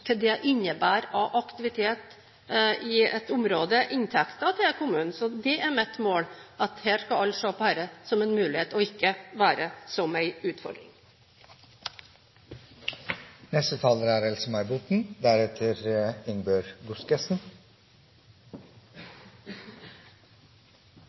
hva aktivitet i et område innebærer av inntekter til kommunen. Mitt mål er at alle skal se på dette som en mulighet og ikke som en utfordring. Det er